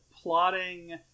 plotting